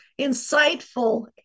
insightful